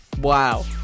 Wow